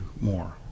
more